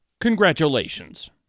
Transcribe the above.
Congratulations